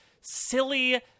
silly